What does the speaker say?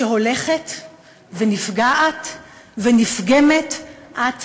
שהולכת ונפגעת ונפגמת אט-אט.